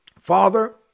Father